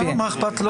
מה אכפת לו?